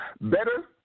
better